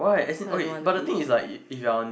so I don't to be